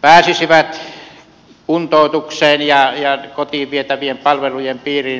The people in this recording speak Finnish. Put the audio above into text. pääsisivät kuntoutukseen ja kotiin vietävien palvelujen piiriin